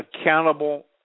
accountable